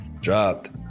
dropped